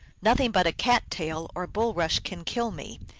nothing but a cat-tail or bulrush can kill me,